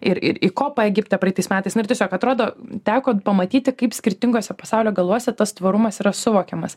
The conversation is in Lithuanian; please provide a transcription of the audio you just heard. ir ir į kopą egipte praeitais metais nu ir tiesiog atrodo teko pamatyti kaip skirtinguose pasaulio galuose tas tvarumas yra suvokiamas